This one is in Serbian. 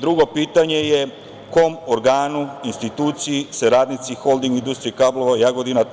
Drugo pitanje je kom organu, instituciji se radnici Holding industrije kablova – Jagodina